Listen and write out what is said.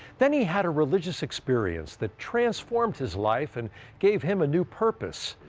then he had a religious experience that transformed his life and gave him a new purpose,